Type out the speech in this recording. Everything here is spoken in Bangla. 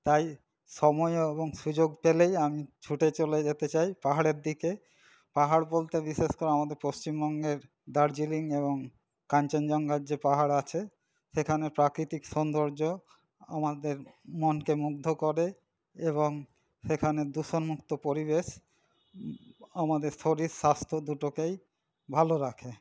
তাই সময় এবং সুযোগ পেলেই আমি ছুটে চলে যেতে চাই পাহাড়ের দিকে পাহাড় বলতে বিশেষ করে আমাদের পশ্চিমবঙ্গের দার্জিলিং এবং কাঞ্চনজঙ্ঘার যে পাহাড় আছে সেখানে প্রাকৃতিক সৌন্দর্য আমাদের মনকে মুগ্ধ করে এবং সেখানে দূষণমুক্ত পরিবেশ আমাদের শরীর স্বাস্থ্য দুটোকেই ভালো রাখে